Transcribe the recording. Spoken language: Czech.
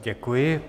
Děkuji.